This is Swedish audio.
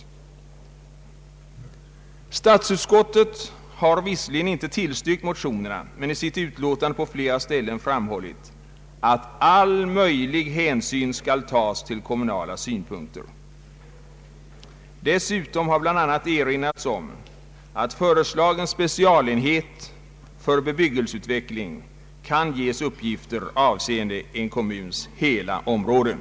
Statsutskottet har visserligen inte tillstyrkt motionerna men i sitt utlåtande på flera ställen framhållit att all möjlig hänsyn skall tas till kommunala synpunkter. Dessutom har bl.a. erinrats om att föreslagen specialenhet för bebyggelseutveckling kan ges uppgifter avseende en kommuns hela område.